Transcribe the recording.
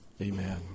Amen